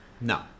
No